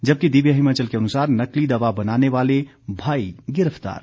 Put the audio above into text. जबकि दिव्य हिमाचल के अनुसार नकली दवा बनाने वाले भाई गिरफ्तार